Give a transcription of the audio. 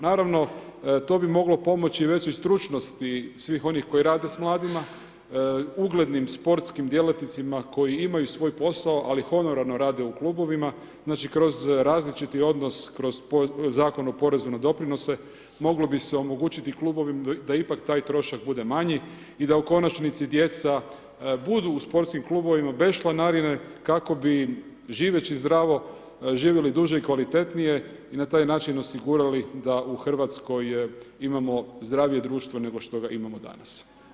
Naravno, to bi moglo pomoći, već su i stručnost svih onih koji rade sa mladima, uglednim sportskim djelatnicima koji imaju svoj posao ali honorarno rade u klubovima, znači kroz različiti odnos, kroz Zakon o porezu na doprinose, moglo bi se omogućiti klubovima da da ipak taj trošak bude manji i da u konačnosti djeca budu u sportskim klubovima bez članarine kako bi im živeći zdravo, živjeli duže i kvalitetnije i na taj osigurali da u Hrvatskoj imamo zdravije društvo nego što ga imamo danas.